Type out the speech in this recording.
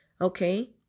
okay